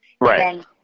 Right